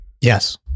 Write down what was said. Yes